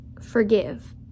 forgive